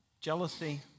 Jealousy